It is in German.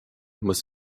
muss